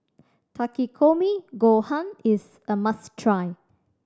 Takikomi Gohan is a must try